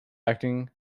acting